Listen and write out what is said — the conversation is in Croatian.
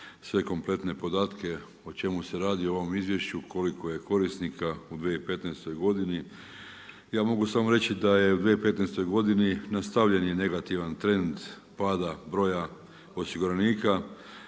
sve kompletne podatke, o čemu se radi u ovom izvješću, koliko je korisnika u 2015. godini. Ja mogu samo reći da je u 2015. godini nastavljen je negativan trend pada broja osiguranika,